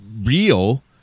real